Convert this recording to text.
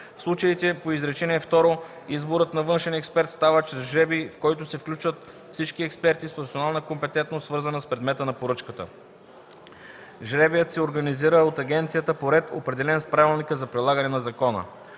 случаите по изречение второ изборът на външен експерт става чрез жребий, в който се включват всички експерти с професионална компетентност, свързана с предмета на поръчката. Жребият се организира от агенцията по ред, определен с правилника за прилагане на закона”.